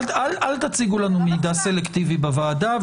אל תציגו לנו מידע סלקטיבי בוועדה,